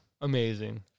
Amazing